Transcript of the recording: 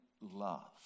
love